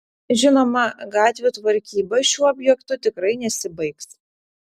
žinoma gatvių tvarkyba šiuo objektu tikrai nesibaigs